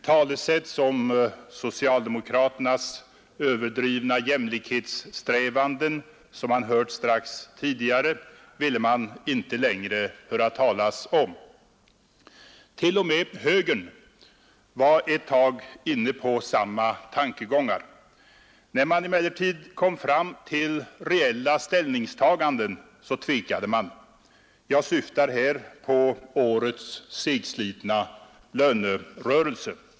Talesätt som ”socialdemokraternas överdrivna jämlikhetssträvanden”, som hade hörts strax tidigare, ville ingen längre bli påmind om, T. o. m, högern var ett tag inne på samma tankegångar. När man emellertid kom fram till reella ställningstaganden tvekade man. Jag syftar här på årets segslitna lönerörelse.